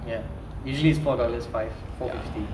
ya usually it's four dollars five four fifty